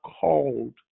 called